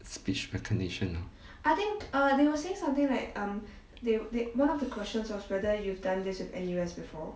speech recognition ah